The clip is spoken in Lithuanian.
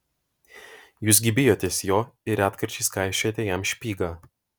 jūs gi bijotės jo ir retkarčiais kaišiojate jam špygą